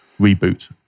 reboot